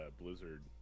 Blizzard